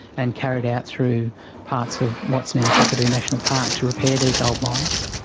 and carried out through parts of what is now kakadu national park to repair these old mines.